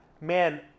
man